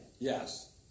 Yes